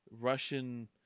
Russian